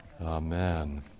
Amen